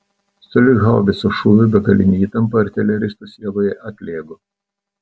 sulig haubicos šūviu begalinė įtampa artileristo sieloje atlėgo